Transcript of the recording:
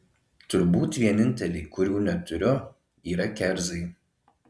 turbūt vieninteliai kurių neturiu yra kerzai